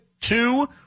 Two